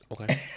Okay